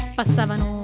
passavano